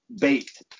bait